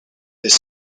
this